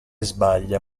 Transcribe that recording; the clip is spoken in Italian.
sbaglia